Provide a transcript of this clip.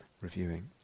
reviewing